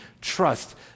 trust